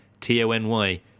t-o-n-y